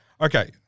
Okay